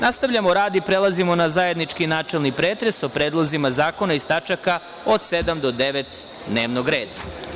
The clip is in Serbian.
Nastavljamo rad i prelazimo na zajednički načelni pretres o Predlozima zakona iz tačaka od 7. do 9. dnevnog reda.